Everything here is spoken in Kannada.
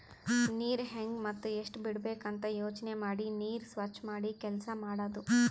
ನೀರ್ ಹೆಂಗ್ ಮತ್ತ್ ಎಷ್ಟ್ ಬಿಡಬೇಕ್ ಅಂತ ಯೋಚನೆ ಮಾಡಿ ನೀರ್ ಸ್ವಚ್ ಮಾಡಿ ಕೆಲಸ್ ಮಾಡದು